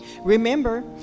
Remember